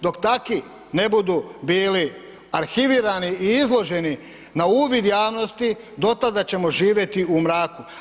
Dok takvi ne budu bili arhivirani i izloženi na uvid javnosti do tada ćemo živjeti u mraku.